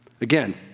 again